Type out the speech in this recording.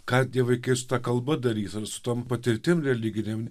ką tie vaikai su ta kalba darys ar su tom patirtim religinėm